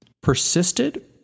persisted